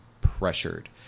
pressured